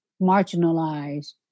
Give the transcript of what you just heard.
marginalized